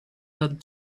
that